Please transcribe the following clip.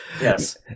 Yes